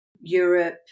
Europe